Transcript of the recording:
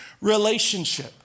relationship